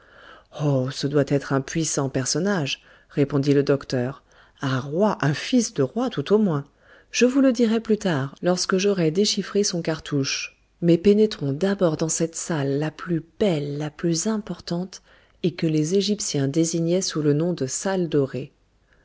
oh ce doit être un puissant personnage répondit le docteur un roi un fils de roi tout au moins je vous le dirai plus tard lorsque j'aurai déchiffré son cartouche mais pénétrons d'abord dans cette salle la plus belle la plus importante et que les égyptiens désignaient sous le nom de salle dorée